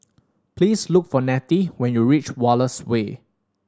please look for Nettie when you reach Wallace Way